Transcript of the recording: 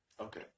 Okay